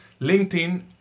LinkedIn